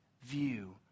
view